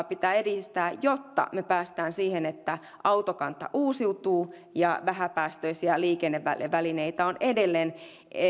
pitää edistää jotta me pääsemme siihen että autokanta uusiutuu ja vähäpäästöisiä liikennevälineitä on edelleen